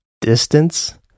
distance